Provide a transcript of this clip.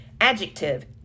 Adjective